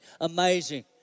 amazing